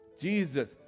Jesus